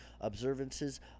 observances